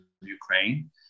Ukraine